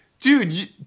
Dude